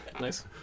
Nice